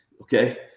Okay